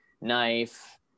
knife